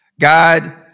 God